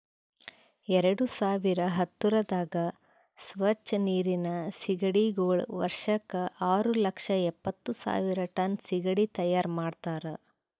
ಎರಡು ಸಾವಿರ ಹತ್ತುರದಾಗ್ ಸ್ವಚ್ ನೀರಿನ್ ಸೀಗಡಿಗೊಳ್ ವರ್ಷಕ್ ಆರು ಲಕ್ಷ ಎಪ್ಪತ್ತು ಸಾವಿರ್ ಟನ್ ಸೀಗಡಿ ತೈಯಾರ್ ಮಾಡ್ತಾರ